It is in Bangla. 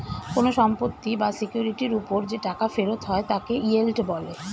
কোন সম্পত্তি বা সিকিউরিটির উপর যে টাকা ফেরত হয় তাকে ইয়েল্ড বলে